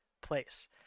place